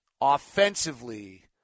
offensively